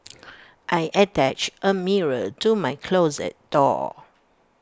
I attached A mirror to my closet door